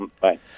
Bye